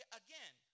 again